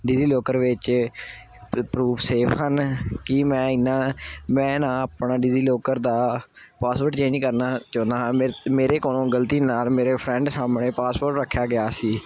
Digi locker ਵਿੱਚ ਪ੍ਰੂ proof safe ਹਨ ਕੀ ਮੈਂ ਇਹਨਾਂ ਮੈਂ ਨਾ ਆਪਣਾ ਡੀਜ਼ੀ ਲੋਕਰ ਦਾ ਪਾਸਵਰਡ ਚੇਂਜ ਕਰਨਾ ਚਾਹੁੰਦਾ ਹਾਂ ਮੈ ਮੇਰੇ ਕੋਲੋਂ ਗਲਤੀ ਨਾਲ ਮੇਰੇ ਫਰੈਂਡ ਸਾਹਮਣੇ ਪਾਸਪੋਰਟ ਰੱਖਿਆ ਗਿਆ ਸੀ